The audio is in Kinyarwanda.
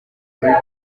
records